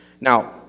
Now